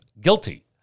guilty